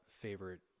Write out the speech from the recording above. favorite